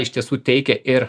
iš tiesų teikia ir